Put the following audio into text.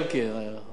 הוא הזהיר אותי.